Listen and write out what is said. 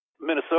Minnesota